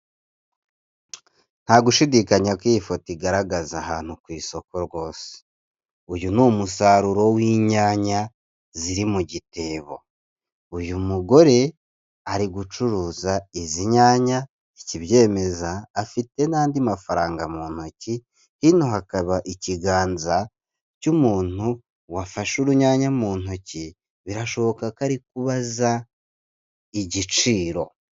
Nta gushidikanya ko iyi foto igaragaza ahantu ku isoko rwose, uyu n'umusaruro w'inyanya ziri mu gitebo, uyu mugore ari gucuruza izi nyanya ikibyemeza afite n'andi mafaranga mu ntoki, hino hakaba ikiganza cy'umuntu wafashe urunyanya mu ntoki birashoboka ko ari kubaza igiciro.